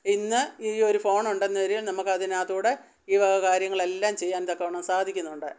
ഇന്ന് ഈ ഒരു ഫോൺ ഉണ്ടെന്നരികിൽ നമുക്ക് അതിനകത്തു കൂടി ഈ വക കാര്യങ്ങളെല്ലാം ചെയ്യാൻ തക്കവണ്ണം സാധിക്കുന്നുണ്ട്